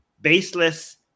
baseless